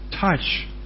touch